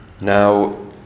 Now